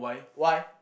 why